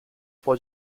può